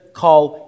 called